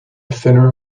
thinner